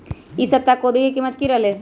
ई सप्ताह कोवी के कीमत की रहलै?